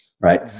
right